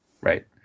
Right